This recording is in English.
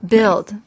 Build